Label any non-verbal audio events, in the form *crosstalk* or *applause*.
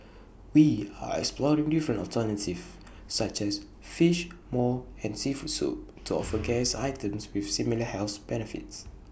we are exploring different alternatives such as Fish Maw and Seafood Soup to offer *noise* guests items with similar health benefits